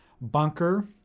bunker